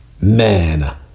Man